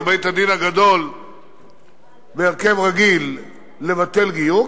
בית-הדין הגדול בהרכב רגיל לבטל גיור,